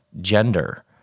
gender